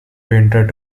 painter